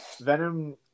Venom